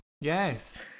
Yes